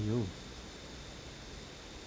!aiyo!